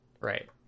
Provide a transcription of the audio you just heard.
right